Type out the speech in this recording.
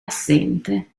assente